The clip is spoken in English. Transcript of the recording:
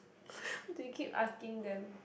why you keep asking them